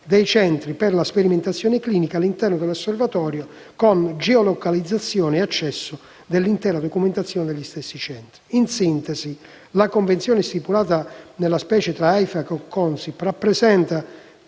dei centri per la sperimentazione clinica, all'interno dell'osservatorio, con geolocalizzazione e accesso all'intera documentazione degli stessi centri. In sintesi, la convenzione stipulata nella specie dall'Aifa con la Consip rappresenta